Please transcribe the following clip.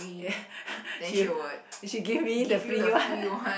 she she give me the free one